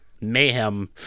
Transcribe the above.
mayhem